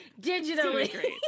digitally